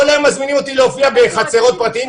כל היום מזמינים אותי להופיע בחצרות פרטיות,